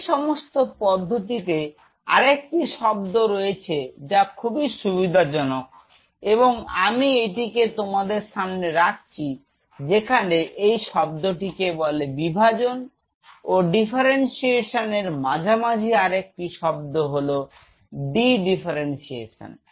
এই সমস্ত পদ্ধতিতে আরেকটি শব্দ রয়েছে যা খুবই সুবিধাজনক এবং আমি এটিকে তোমাদের সামনে রাখছি যেখানে এই শব্দটিকে বলে বিভাজন ও ডিফারেন্সিয়েশন এর মাঝামাঝি আরেকটি শব্দ হলো ডি ডিফারেন্সিয়েশন